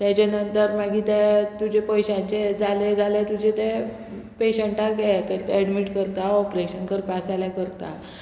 तेजे नंतर मागीर ते तुजे पयशांचें हें जालें जाल्यार तुजे ते पेशंटाक हे करता एडमीट करता ऑपरेशन करपा आसा जाल्यार करता